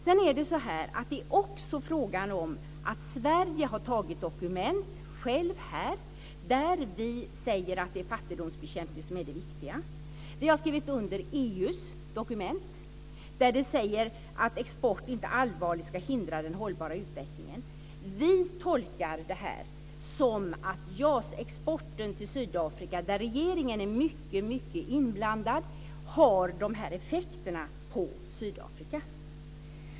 Sedan är det också frågan om att Sverige självt har antagit dokument där det sägs att det är fattigdomsbekämpning som är det viktiga. Vi har skrivit under EU:s dokument där det sägs att export inte allvarligt ska hindra den hållbara utvecklingen. Vi tolkar det här som att JAS-exporten till Sydafrika, som regeringen är mycket, mycket inblandad i, har de nämnda effekterna för Sydafrika.